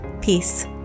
Peace